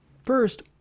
First